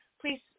please